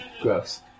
Gross